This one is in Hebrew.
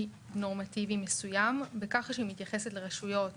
נורמטיבי מסוים בכך שהיא מתייחסת לרשויות